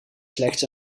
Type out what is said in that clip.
slechts